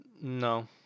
no